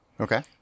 Okay